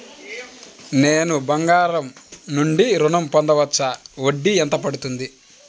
నేను బంగారం నుండి ఋణం పొందవచ్చా? వడ్డీ ఎంత పడుతుంది?